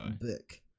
book